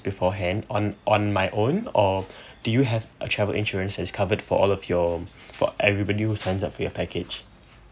beforehand on on my own or do you have a travel insurances covered for all of your for everybody who signs of your package